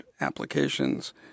applications